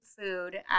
food